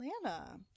Atlanta